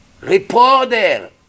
reporter